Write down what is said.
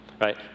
right